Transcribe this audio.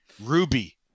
ruby